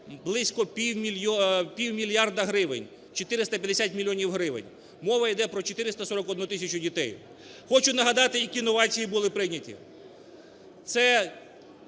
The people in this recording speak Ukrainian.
близько півмільярда гривень, 450 мільйонів гривень, мова іде про 441 тисячу дітей. Хочу нагадати, які новації були прийняті.